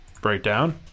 breakdown